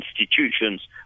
institutions